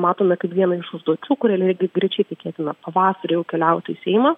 matome kaip vieną iš užduočių kuri lygiagrečiai tikėtina pavasarį jau keliautų į seimą